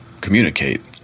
communicate